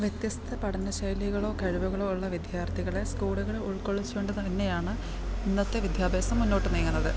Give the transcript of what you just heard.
വ്യത്യസ്ത പഠനശൈലികളോ കഴിവുകളോ ഉള്ള വിദ്യാർത്ഥികളെ സ്കൂളുകൾ ഉൾക്കൊള്ളിച്ചുകൊണ്ടുതന്നെയാണ് ഇന്നത്തെ വിദ്യാഭ്യാസം മുന്നോട്ടു നീങ്ങുന്നത്